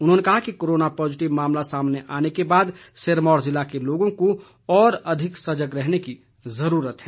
उन्होंने कहा कि कोरोना पॉजिटिव मामला सामने आने के बाद सिरमौर ज़िले के लोगों को और अधिक सजग रहने की जरूरत है